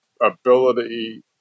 ability